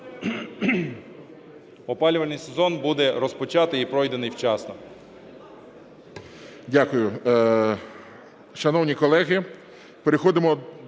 Опалювальний сезон буде розпочатий і пройдений вчасно.